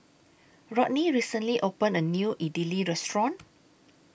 Rodney recently opened A New Idili Restaurant